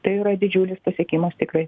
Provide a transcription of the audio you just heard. tai yra didžiulis pasiekimas tikrai